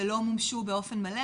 שלא מומשו באופן מלא,